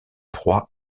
proie